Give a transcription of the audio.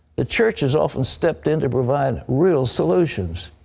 the church has often stepped in to provide real solutions.